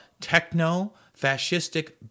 techno-fascistic